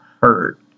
hurt